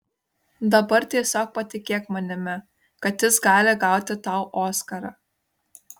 dabar tiesiog patikėk manimi kad jis gali gauti tau oskarą